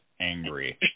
angry